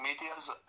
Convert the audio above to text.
medias